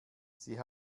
sie